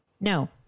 No